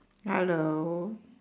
hello